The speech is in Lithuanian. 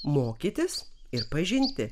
mokytis ir pažinti